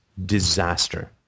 Disaster